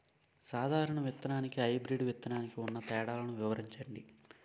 సాధారణ విత్తననికి, హైబ్రిడ్ విత్తనానికి ఉన్న తేడాలను వివరించండి?